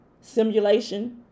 simulation